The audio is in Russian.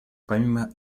помимо